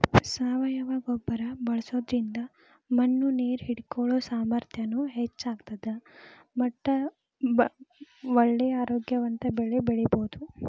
ಸಾವಯವ ಗೊಬ್ಬರ ಬಳ್ಸೋದ್ರಿಂದ ಮಣ್ಣು ನೇರ್ ಹಿಡ್ಕೊಳೋ ಸಾಮರ್ಥ್ಯನು ಹೆಚ್ಚ್ ಆಗ್ತದ ಮಟ್ಟ ಒಳ್ಳೆ ಆರೋಗ್ಯವಂತ ಬೆಳಿ ಬೆಳಿಬಹುದು